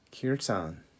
Kirtan